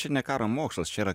čia ne karo mokslas čia yra